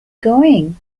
going